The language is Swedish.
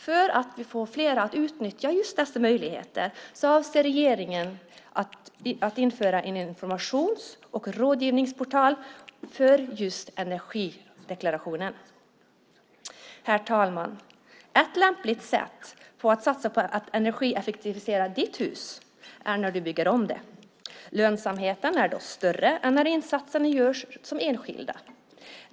För att få fler att utnyttja just dessa möjligheter avser regeringen att införa en informations och rådgivningsportal för just energideklarationen. Herr talman! Ett lämpligt sätt att satsa på att energieffektivisera ett hus är vid ombyggnation. Lönsamheten är då större än när insatserna görs som enskilda.